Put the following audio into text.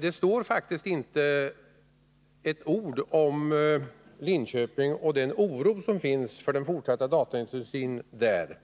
Det står faktiskt inte ett ord om Linköping och den oro som finns för dataindustrin där.